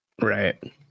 Right